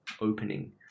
opening